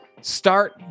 start